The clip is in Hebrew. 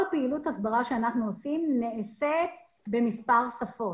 כל פעילות הסברה שאנחנו עושים נעשית במספר שפות.